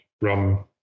rum